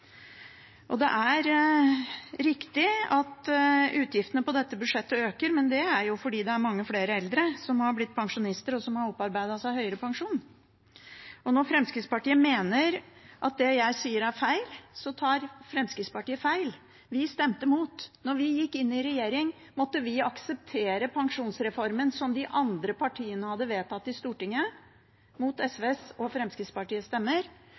ned. Det er riktig at utgiftene på dette budsjettet øker, men det er fordi mange flere eldre har blitt pensjonister og har opparbeidet seg høyere pensjon. Når Fremskrittspartiet mener det jeg sier er feil, tar Fremskrittspartiet feil. Vi stemte mot. Da vi gikk inn regjering, måtte vi akseptere pensjonsreformen som de andre partiene hadde vedtatt i Stortinget – mot SVs og Fremskrittspartiets stemmer